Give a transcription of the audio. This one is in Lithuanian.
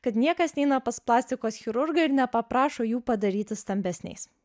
kad niekas neina pas plastikos chirurgą ir nepaprašo jų padaryti stambesniais